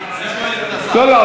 לא,